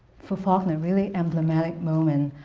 for faulkner really emblematic moment